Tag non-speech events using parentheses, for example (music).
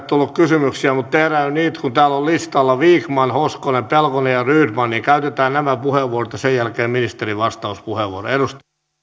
(unintelligible) tullut kysymyksiä mutta tehdään niin että kun täällä on listalla vikman hoskonen pelkonen ja rydman niin käytetään nämä puheenvuorot ja sen jälkeen ministerin vastauspuheenvuoro arvoisa